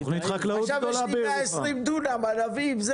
עכשיו יש לי 20 דונם ענבים.